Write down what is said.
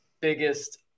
biggest